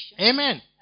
Amen